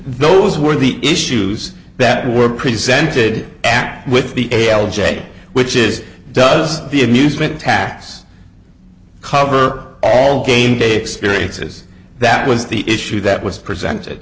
those were the issues that were presented act with the a l j which is does the amusement tax cover all gameday experiences that was the issue that was presented